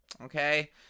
okay